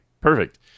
perfect